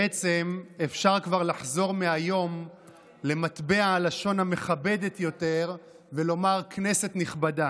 בעצם אפשר כבר לחזור מהיום למטבע הלשון המכבד יותר ולומר: כנסת נכבדה.